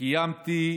קיימתי